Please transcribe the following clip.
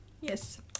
Yes